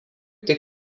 tik